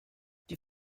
die